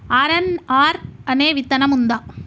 RNR అనే విత్తనం ఉందా?